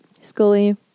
Scully